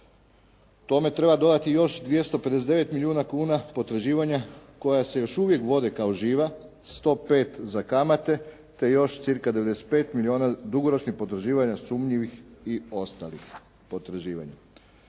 Tome treba dodati još 259 milijuna kuna potraživanja koja se još uvijek vode kao živa, 105 za kamate te još cca 95 milijuna dugoročnih potraživanja sumnjivih i ostalih potraživanja.